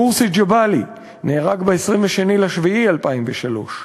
מורסי ג'באלי נהרג ב-22 ביולי 2003,